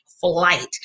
flight